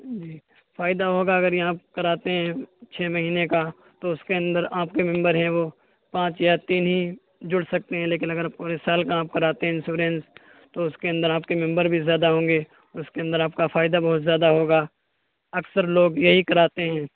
جی فائدہ ہوگا اگر یہاں کراتے ہیں چھ مہینے کا تو اس کے اندر آپ کے ممبر ہیں وہ پانچ یا تین ہی جڑ سکتے ہیں لیکن اگر پورے سال کا آپ کراتے ہیں انسورینس تو اس کے اندر آپ کے ممبر بھی زیادہ ہوں گے اس کے اندر آپ کا فائدہ بہت زیادہ ہوگا اکثر لوگ یہی کراتے ہیں